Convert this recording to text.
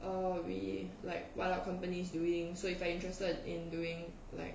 uh we like what are companies doing so if you're interested in doing like